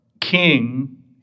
king